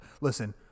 listen –